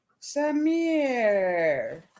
Samir